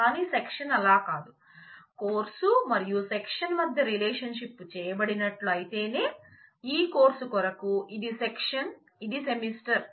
కానీ సెక్షన్ అలా కాదు కోర్సు మరియు సెక్షన్ మధ్య రిలేషన్షిప్ చేయబడినట్లు అయితేనే ఈ కోర్సు కొరకు ఇది సెక్షన్ ఇది సెమిస్టర్